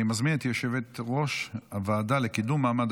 אני מזמין את יושבת-ראש הוועדה לקידום מעמד